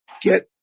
get